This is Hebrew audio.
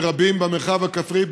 ורבים במרחב הכפרי,